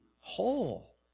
whole